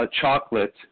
chocolate